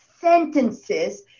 sentences